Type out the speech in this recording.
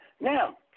Now